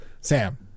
Sam